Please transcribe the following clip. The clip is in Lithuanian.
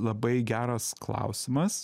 labai geras klausimas